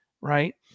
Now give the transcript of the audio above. right